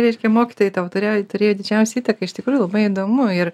reiškia mokytojai tau turėjo turėjo didžiausią įtaką iš tikrųjų labai įdomu ir